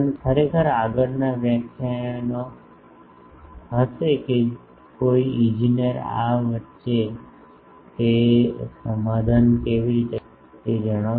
ખરેખર આગળનાં વ્યાખ્યાનો ખરેખર હશે કે કોઈ ઇજનેર આ વચ્ચે તે સમાધાન કેવી રીતે કરે છે